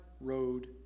road